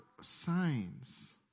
signs